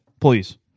please